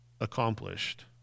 accomplished